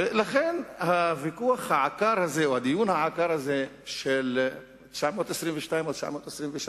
לכן הדיון העקר הזה של 922 או 923,